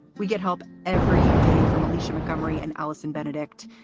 we get help every day from alicia mcmurry and alison benedict.